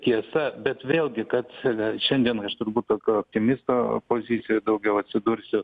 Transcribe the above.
tiesa bet vėlgi kad šiandien aš turbūt tokio optimisto pozicijoj daugiau atsidursiu